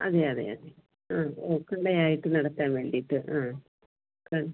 അതെ അതെ അതെ ആ ഒക്കുണ്ടയായിട്ട് നടത്താൻ വേണ്ടീട്ട് ആ ആ